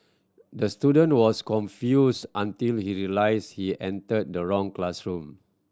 the student was confused until he realised he entered the wrong classroom